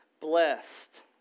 blessed